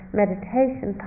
meditation